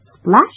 splash